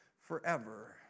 forever